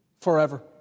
forever